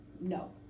no